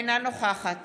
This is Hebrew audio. אינה נוכחת